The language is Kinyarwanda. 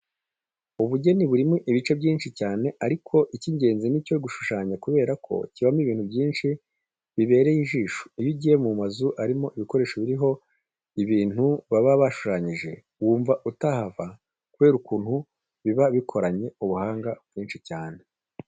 Ubugeni burimo ibice byinshi cyane, ariko icy'ingenzi ni icyo gushushanya kubera ko kibamo ibintu byinshi bibereye ijisho. Iyo ugiye mu mazu arimo ibikoresho biriho abintu baba bashushanyije wumva utahava kubera ukuntu biba bikoranye ubuhanga bwinshi cyane.